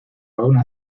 una